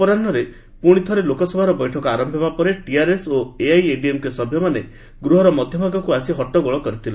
ଅପରାହୁରେ ଲୋକସଭା ବୈଠକ ପୁଣିଥରେ ଆରମ୍ଭ ହେବା ପରେ ଟିଆର୍ଏସ୍ ଓ ଏଆଇଏଡିଏମ୍କେ ସଭ୍ୟମାନେ ଗୃହର ମଧ୍ୟଭାଗକୁ ଆସି ହଟ୍ଟଗୋଳ କରିଥିଲେ